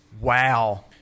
Wow